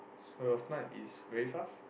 so your snipe is very fast